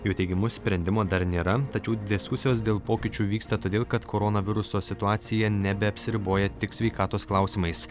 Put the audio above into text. jo teigimu sprendimo dar nėra tačiau diskusijos dėl pokyčių vyksta todėl kad koronaviruso situacija nebeapsiriboja tik sveikatos klausimais